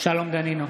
שלום דנינו,